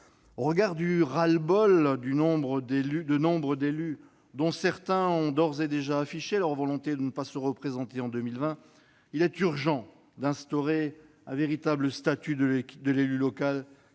Au regard du ras-le-bol de nombre d'élus, dont certains ont d'ores et déjà affiché leur volonté de ne pas se représenter en 2020, il est urgent d'instaurer un véritable statut de l'élu local